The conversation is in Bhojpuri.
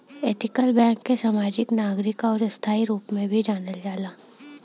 ऐथिकल बैंक के समाजिक, नागरिक आउर स्थायी रूप में भी जानल जाला